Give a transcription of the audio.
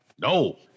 No